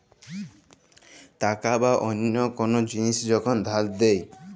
টাকা বা অল্য কল জিলিস যখল ধার দেয়